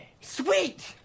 Sweet